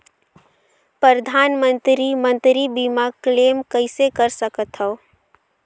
परधानमंतरी मंतरी बीमा क्लेम कइसे कर सकथव?